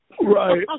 Right